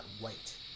white